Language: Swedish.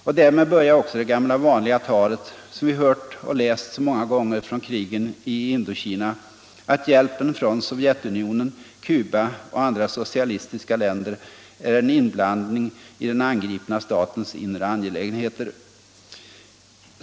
Och därmed började också det gamla vanliga talet — som vi hört och läst så många gånger från krigen i Indokina — att hjälpen från Sovjetunionen, Cuba och andra socialistiska länder är en inblandning i den angripna statens inre angelägenheter.